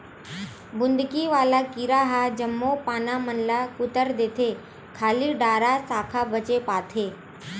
बुंदकी वाला कीरा ह जम्मो पाना मन ल कुतर देथे खाली डारा साखा बचे पाथे